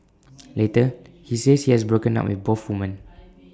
later he says he has broken up with both women